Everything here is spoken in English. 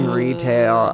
retail